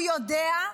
הוא יודע,